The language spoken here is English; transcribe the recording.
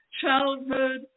childhood